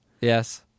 Yes